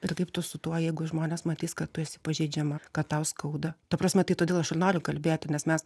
ir taip tu su tuo jeigu žmonės matys kad tu esi pažeidžiama kad tau skauda ta prasme tai todėl aš ir noriu kalbėti nes mes